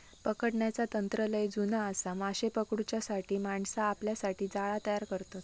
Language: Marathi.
पकडण्याचा तंत्र लय जुना आसा, माशे पकडूच्यासाठी माणसा आपल्यासाठी जाळा तयार करतत